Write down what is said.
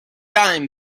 dime